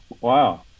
Wow